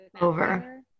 over